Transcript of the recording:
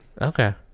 Okay